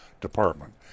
department